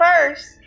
first